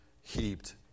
heaped